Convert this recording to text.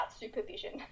supervision